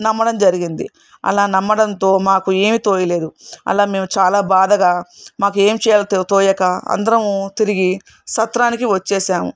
నమ్మడం జరిగింది అలా నమ్మడంతో మాకు ఏమీ తోయలేదు అలా మేము చాలా బాధగా మాకు ఏమి చేయాలో తో తోచక అందరము తిరిగి సత్రానికి వచ్చేసాము